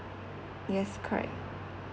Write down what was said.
yes correct